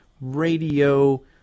radio